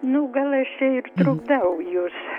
nu gal aš čia ir trukdau jus